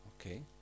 Okay